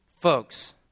folks